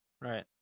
Right